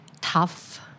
tough